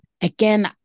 again